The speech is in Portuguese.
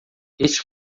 este